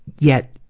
yet,